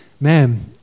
ma'am